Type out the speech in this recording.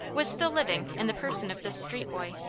was still living in the person of this street boy.